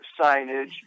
Signage